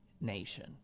nation